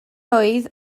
oedd